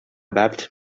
bapt